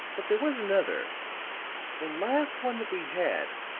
but there was another the last one that we had,